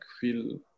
feel